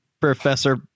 Professor